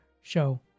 show